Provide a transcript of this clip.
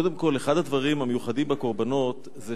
קודם כול, אחד הדברים המיוחדים בקורבנות זה